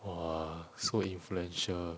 !wah! so influential